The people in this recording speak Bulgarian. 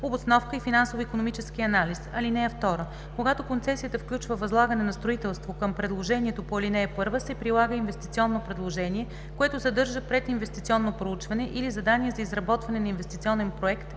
обосновка и финансово-икономически анализ. (2) Когато концесията включва възлагане на строителство, към предложението по ал. 1 се прилага инвестиционно предложение, което съдържа прединвестиционно проучване или задание за изработване на инвестиционен проект,